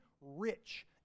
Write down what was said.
rich